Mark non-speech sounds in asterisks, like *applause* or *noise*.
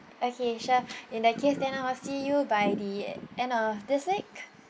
okay sure *breath* in that case then I will see you by the end of this week